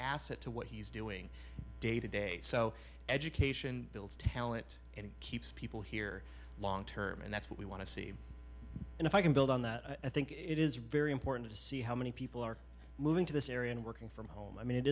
asset to what he's doing day to day so education builds talent and keeps people here long term and that's what we want to see and if i can build on that i think it is very important to see how many people are moving to this area and working from home i mean it